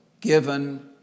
given